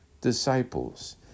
disciples